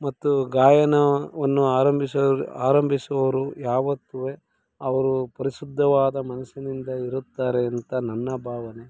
ಮತ್ತು ಗಾಯನವನ್ನು ಆರಂಭಿಸೋರ್ ಆರಂಭಿಸುವವರು ಯಾವತ್ತೂ ಅವರು ಪರಿಶುದ್ಧವಾದ ಮನಸಿನಿಂದ ಇರುತ್ತಾರೆ ಅಂತ ನನ್ನ ಭಾವನೆ